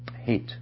hate